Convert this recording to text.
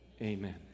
Amen